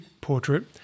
portrait